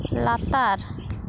ᱞᱟᱛᱟᱨ